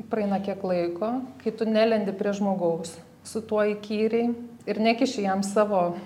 praeina kiek laiko kai tu nelendi prie žmogaus su tuo įkyriai ir nekiši jam savo